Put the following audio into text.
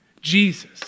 Jesus